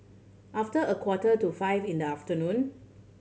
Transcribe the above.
after a quarter to five in the afternoon